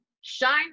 shine